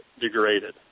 degraded